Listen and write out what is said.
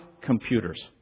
computers